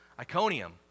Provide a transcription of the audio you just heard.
Iconium